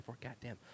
Goddamn